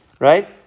Right